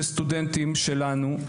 שסטודנטים שלנו,